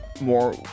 more